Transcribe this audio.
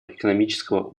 экономического